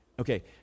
okay